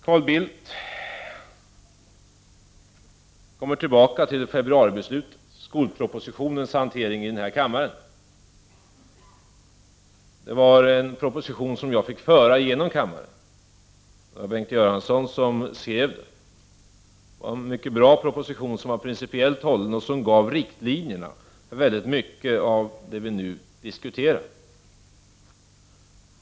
Carl Bildt kommer tillbaka till februaribeslutet här i riksdagen om skolpropositionens hantering i kammaren. Det var en proposition som jag fick föra genom kammaren. Bengt Göransson skrev den. Propositionen var mycket bra och principiellt hållen samt gav riktlinjer för mycket av det vi nu diskuterar.